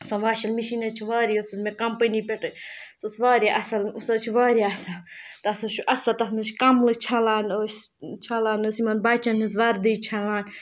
سۄ واشَل مِشیٖن حظ چھِ واریاہ یُس حظ مےٚ کَمپٔنی پٮ۪ٹھ سُہ ٲس واریاہ اَصٕل سُہ حظ واریاہ اَصٕل تَتھ حظ چھُ اَصٕل تَتھ منٛز چھِ کَملہٕ چھَلان أسۍ چھَلان حظ یِمَن بَچَن ہِنٛز وَردی چھَلان